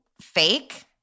fake